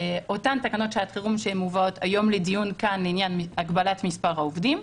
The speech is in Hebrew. אותן תקנות שעת חירום שמובאות היום לדיון כאן בעניין הגבלת מספר עובדים,